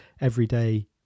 everyday